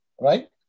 right